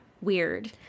weird